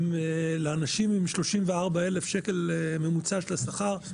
הם לאנשים עם 34 אלף שקל ממוצע של השכר,